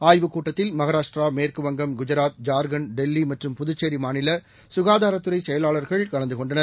ஆய்வுக் கூட்டத்தில் மகாராஷ்டிரா மேற்குவங்கம் குஜராத் ஜார்கண்ட் டெல்லி மற்றும் புதுச்சேரி மாநில சுகாதாரத் துறை செயலாளர்கள் கலந்து கொண்டனர்